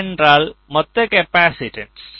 CL என்றால் மொத்த capacitance